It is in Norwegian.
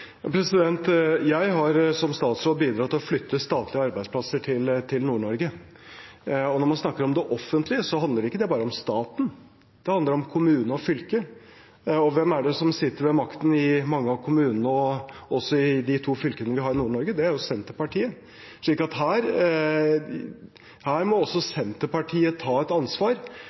Jeg har som statsråd bidratt til å flytte statlige arbeidsplasser til Nord-Norge. Når man snakker om det offentlige, handler ikke det bare om staten, det handler om kommune og fylke. Hvem er det som sitter med makten i mange av kommunene, og også i de to fylkene vi har i Nord-Norge? Jo, det er Senterpartiet, så her må også Senterpartiet ta et ansvar